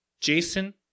Jason